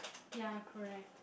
ya correct